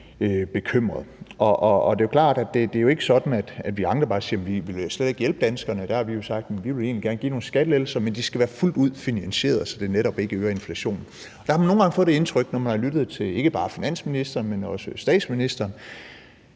bekymrede. Det er klart, at det jo er ikke sådan, at vi andre bare siger, at vi slet ikke vil hjælpe danskerne. Der har vi jo sagt, at vi egentlig gerne vil give nogle skattelettelser, men de skal være fuldt ud finansierede, så det netop ikke øger inflationen. Der har man nogle gange fået det indtryk, når man har lyttet til ikke bare finansministeren, men også til statsministeren,